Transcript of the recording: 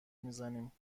میزنیم